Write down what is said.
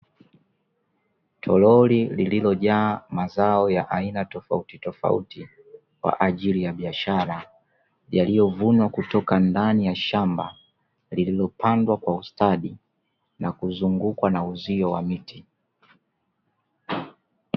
Toroli lililojaa mazao ya aina tofautitofauti kwa ajili ya biashara, yaliyo vunwa kutoka ndani ya shamba lililopandwa kwa ustadi, na kuzungukwa na uzio wa miti.